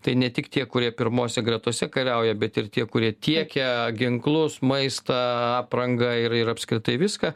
tai ne tik tie kurie pirmose gretose kariauja bet ir tie kurie tiekia ginklus maistą aprangą ir ir apskritai viską